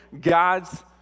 God's